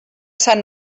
sant